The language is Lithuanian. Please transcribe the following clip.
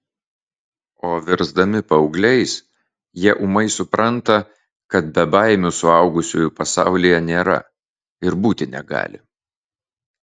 o virsdami paaugliais jie ūmai supranta kad bebaimių suaugusiųjų pasaulyje nėra ir būti negali